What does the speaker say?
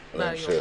הרעיון.